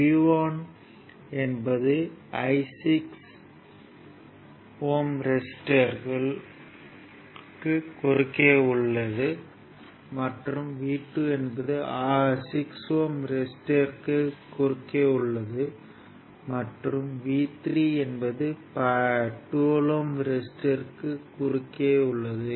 V1 என்பது 16 ohm ரெசிஸ்டர்க்கு குறுக்கே உள்ளது மற்றும் V2 என்பது 6 ஓம் ரெசிஸ்டர்க்கு குறுக்கே உள்ளது மற்றும் V3 என்பது 12 ஓம் ரெசிஸ்டர்க்கு குறுக்கே உள்ளது